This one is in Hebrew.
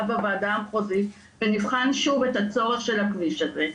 בוועדה המחוזית ונבחן שוב את הצורך של הכביש הזה.